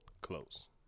close